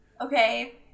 Okay